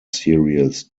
series